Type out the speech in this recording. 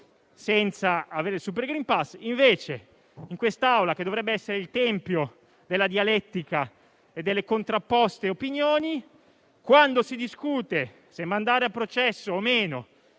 senza avere il *super green pass*; invece, in quest'Aula, che dovrebbe essere il tempio della dialettica e delle contrapposte opinioni, quando si discute se mandare a processo o meno